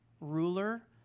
ruler